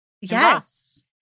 Yes